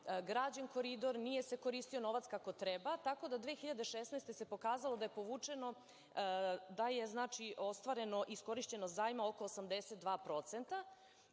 građen Koridor, nije se koristio novac kako treba, tako da 2016. godine se pokazalo da je povučeno, da je znači ostvareno iskorišćeno zajma oko 82%.